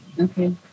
Okay